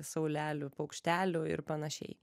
saulelių paukštelių ir panašiai